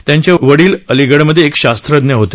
त्यांचे वडील अलीगडमधे एक शास्त्रज्ञ होते